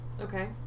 Okay